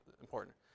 important